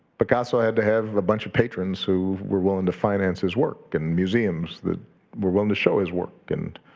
picasso had to have a bunch of patrons who were willing to finance his work and museums that were willing to show his work. and